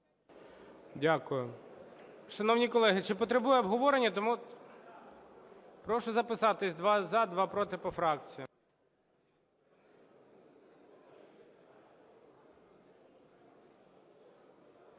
Дякую. Шановні колеги, чи потребує обговорення? Прошу записатись два – за, два – проти, - по фракціям.